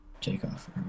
takeoff